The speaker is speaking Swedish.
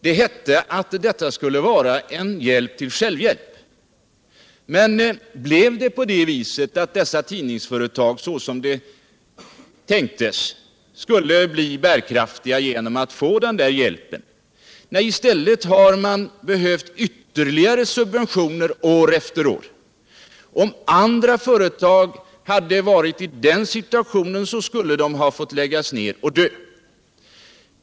Det hette att detta presstöd skulle vara en hjälp till självhjälp. Men blev det på det viset att dessa tidningsföretag — såsom det tänktes — blev bärkraftiga genom att få den där hjälpen? Nej, i stället har man behövt ytterligare subventioner år efter år. Om andra företag hade varit i den situationen skulle de ha fått läggas ned och dö.